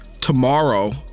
tomorrow